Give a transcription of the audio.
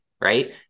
right